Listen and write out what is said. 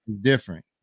different